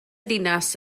ddinas